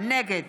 נגד